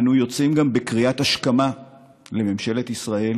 אנו יוצאים גם בקריאת השכמה לממשלת ישראל